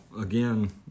again